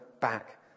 back